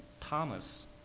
Thomas